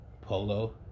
Polo